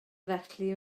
felly